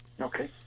Okay